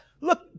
Look